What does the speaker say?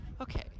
Okay